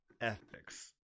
ethics